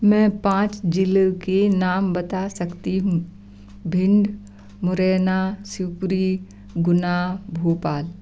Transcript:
मैं पाँच ज़िलों के नाम बता सकती हूँ भिंड मुरैना शिवपुरी गुना भोपाल